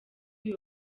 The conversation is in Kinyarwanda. uyu